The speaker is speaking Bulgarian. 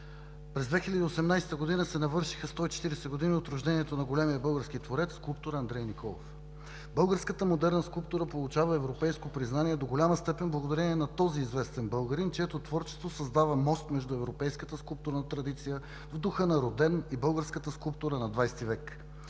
през 2018 г. се навършиха 140 години от рождението на големия български творец-скулптор Андрей Николов. Българската модерна скулптура получава европейско признание до голяма степен благодарение на този известен българин, чието творчество създава мост между европейската скулптурна традиция в духа на Роден и българската скулптура на ХХ век.